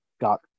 got